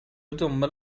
دنبال